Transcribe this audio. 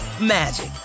magic